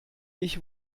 ich